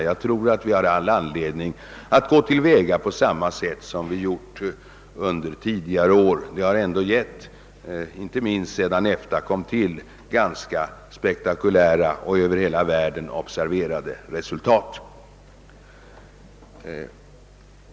Det finns all anledning att gå till väga på samma sätt som vi gjort tidigare. Detta har dock, inte minst sedan EFTA kom till, givit ganska spektakulära och över hela världen observerade resultat.